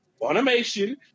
automation